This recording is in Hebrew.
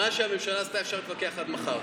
על מה שהממשלה עשתה אפשר להתווכח עד מחר.